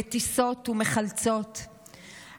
מטיסות ומחלצות,